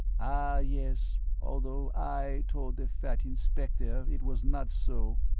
ah, yes, although i told the fat inspector it was not so.